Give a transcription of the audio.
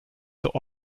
der